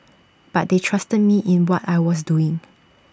but they trusted me in what I was doing